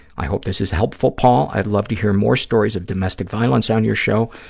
i hope this is helpful, paul. i'd love to hear more stories of domestic violence on your show.